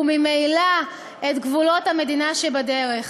וממילא את גבולות המדינה שבדרך,